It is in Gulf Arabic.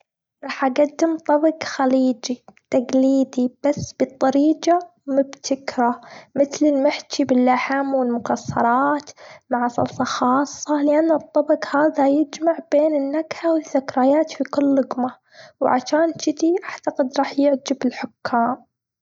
راح أقدم طبج خليجي تقليدي بس بالطريجة مبتكرة، مثل المحشي باللحم والمكسرات مع صلصه خاصة. لا لا الطبق هاذا يجمع بين النكهة والذكريات في كل لقمة. وعشان تجدي أعتقد راح يعجب الحكام.